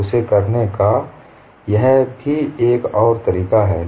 उसे करने का यह भी एक और तरीका है